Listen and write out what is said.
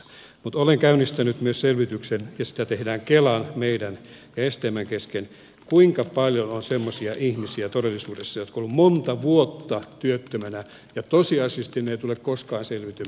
mutta olen käynnistänyt myös selvityksen ja sitä tehdään kelan meidän ja stmn kesken siitä kuinka paljon on todellisuudessa semmoisia ihmisiä jotka ovat olleet monta vuotta työttömänä ja jotka tosiasiallisesti eivät tule koskaan selviytymään työmarkkinoille